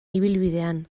ibilbidean